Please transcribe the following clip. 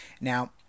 Now